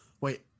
Wait